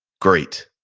great.